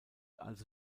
also